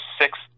six